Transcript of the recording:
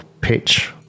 pitch